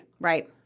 Right